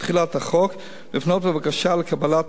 לפנות בבקשה לקבלת תעודה ללא בחינה.